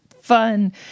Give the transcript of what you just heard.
fun